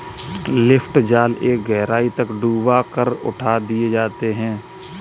lift जाल एक गहराई तक डूबा कर उठा दिए जाते हैं